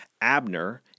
Abner